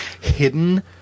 hidden